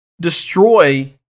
destroy